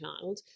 child